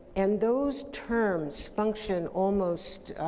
and those terms function almost